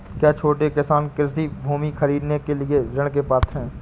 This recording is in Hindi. क्या छोटे किसान कृषि भूमि खरीदने के लिए ऋण के पात्र हैं?